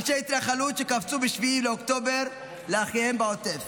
אנשי התנחלות שקפצו ב-7 באוקטובר לאחיהם בעוטף,